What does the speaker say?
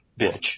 bitch